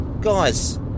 guys